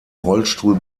rollstuhl